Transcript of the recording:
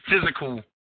physical